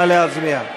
נא להצביע.